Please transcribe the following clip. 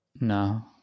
No